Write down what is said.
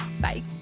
Bye